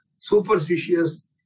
superstitious